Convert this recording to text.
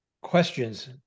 questions